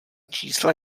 čísla